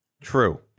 True